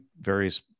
various